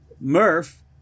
Murph